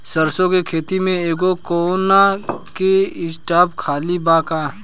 सरसों के खेत में एगो कोना के स्पॉट खाली बा का?